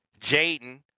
Jaden